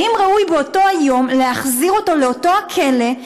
האם ראוי באותו היום להחזיר אותו לאותו הכלא,